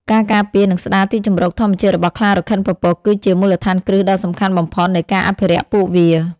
ការការពារ និងស្តារទីជម្រកធម្មជាតិរបស់ខ្លារខិនពពក គឺជា មូលដ្ឋានគ្រឹះដ៏សំខាន់បំផុត នៃការអភិរក្សពួកវា។